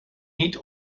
niet